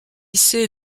sait